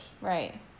Right